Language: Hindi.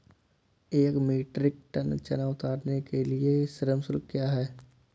एक मीट्रिक टन चना उतारने के लिए श्रम शुल्क क्या है?